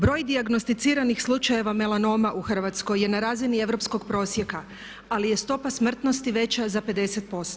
Broj dijagnosticiranih slučajeva melanoma u Hrvatskoj je na razini europskog prosjeka ali je stopa smrtnosti veća za 50%